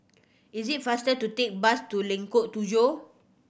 it is faster to take bus to Lengkok Tujoh